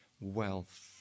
wealth